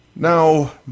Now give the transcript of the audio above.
Now